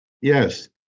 Yes